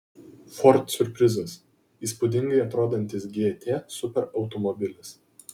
ford siurprizas įspūdingai atrodantis gt superautomobilis